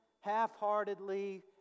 half-heartedly